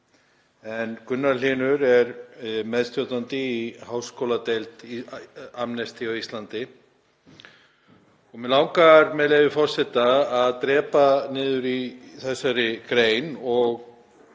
en Gunnar Hlynur er meðstjórnandi í háskóladeild Amnesty á Íslandi. Mig langar, með leyfi forseta, að drepa niður í þessari grein og